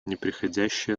непреходящее